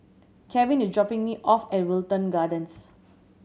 Kevin is dropping me off at Wilton Gardens